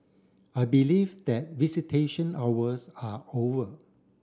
I believe that visitation hours are over